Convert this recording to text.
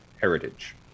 heritage